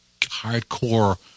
hardcore